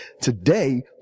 Today